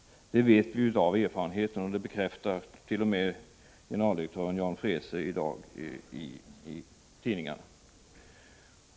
Det vet vi redan i dag av erfarenhet, och det bekräftar t.o.m. generaldirektören Jan Freese i dag i tidningarna.